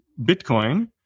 Bitcoin